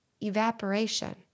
evaporation